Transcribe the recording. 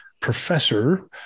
professor